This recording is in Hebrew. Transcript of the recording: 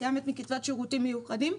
מתקיימת מקצבת שירותים מיוחדים.